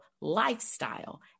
lifestyle